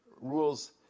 rules